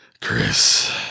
Chris